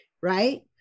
Right